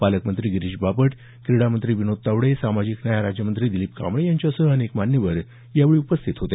पालकमंत्री गिरीश बापट क्रीडा मंत्री विनोद तावडे सामाजिक न्याय राज्यमंत्री दिलीप कांबळे यांच्यासह अनेक मान्यवर यावेळी उपस्थित होते